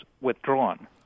withdrawn